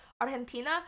Argentina